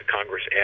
Congress